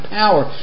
power